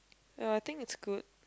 ya I think it's good